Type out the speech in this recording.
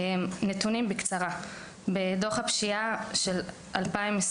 נתונים בקצרה: בדו״ח הפשיעה של 2022,